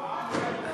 אורן,